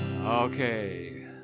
Okay